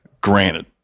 Granted